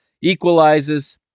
equalizes